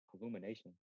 Illumination